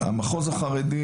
המחוז החרדי.